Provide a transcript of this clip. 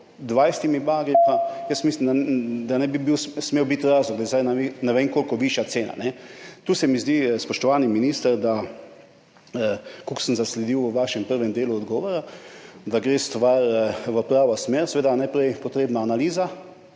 20 bagri, pa jaz mislim, da ne bi smel biti razlog, da je zdaj ne vem koliko višja cena. Tu se mi zdi, spoštovani minister, kolikor sem zasledil v vašem prvem delu odgovora, da gre stvar v pravo smer, seveda je najprej potrebna analiza